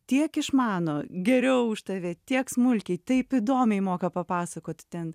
tiek išmano geriau už tave tiek smulkiai taip įdomiai moka papasakot ten